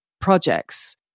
projects